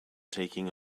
taking